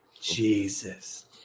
jesus